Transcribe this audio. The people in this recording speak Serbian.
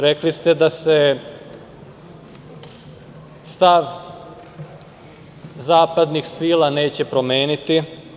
Rekli ste da se stav zapadnih sila neće promeniti.